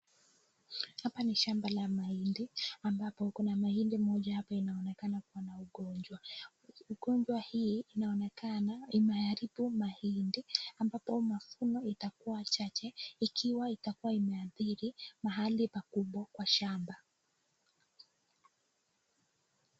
Hapa ni shamba la mahindi ambapo kuna mahindi moja hapa inaonekana kuwa na ugonjwa. Ugonjwa hii inaonekana imaharibu mahindi ambapo mafuno itakuwa chache ikiwa itakuwa imeathiri mahali pakubwa kwa shamba.